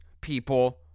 people